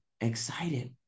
excited